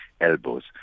elbows